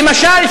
למשל,